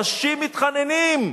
אנשים מתחננים.